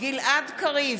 גלעד קריב,